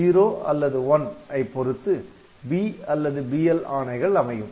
'0' அல்லது '1' ஐ பொருத்து "B" அல்லது "BL" ஆணைகள் அமையும்